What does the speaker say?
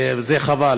וזה חבל.